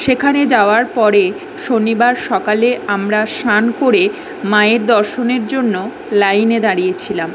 সেখানে যাওয়ার পরে শনিবার সকালে আমরা সান করে মায়ের দর্শনের জন্য লাইনে দাঁড়িয়ে ছিলাম